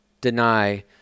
deny